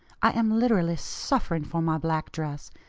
i am literally suffering for my black dress.